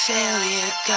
Failure